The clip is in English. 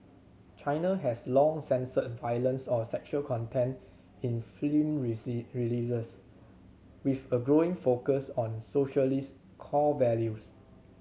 China has long censored violence or sexual content in film releases with a growing focus on socialist core values